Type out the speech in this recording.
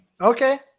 Okay